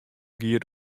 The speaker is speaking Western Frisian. giet